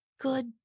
good